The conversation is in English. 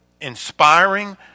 inspiring